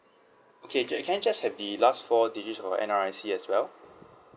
okay can I just have the last four digits of your N_R_I_C as well